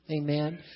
Amen